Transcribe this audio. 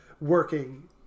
working